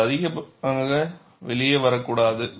அது அதிகமாக வெளியே வரக்கூடாது